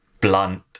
blunt